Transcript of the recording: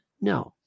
No